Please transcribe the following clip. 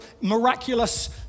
miraculous